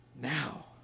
now